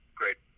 great